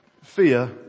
fear